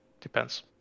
Depends